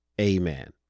Amen